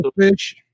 fish